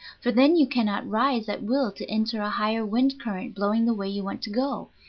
for then you cannot rise at will to enter a higher wind-current blowing the way you want to go,